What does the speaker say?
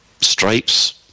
stripes